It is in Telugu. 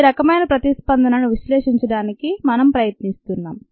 ఈ రకమైన ప్రతిస్పందన ను విశ్లేషించడానికి మనము ప్రయత్నిస్తున్నాము